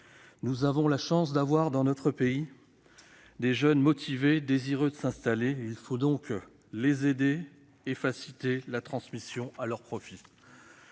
Nous avons la chance, dans notre pays, d'avoir des jeunes motivés, désireux de s'installer. Il faut donc les aider et faciliter la transmission à leur profit.